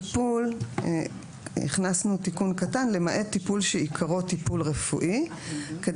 "טיפול" הכנסנו תיקון קטן והוא "למעט טיפול שעיקרו טיפול רפואי" וזאת